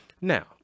Now